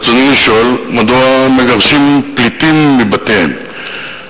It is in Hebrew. רצוני לשאול: מדוע מגרשים פליטים מבתיהם?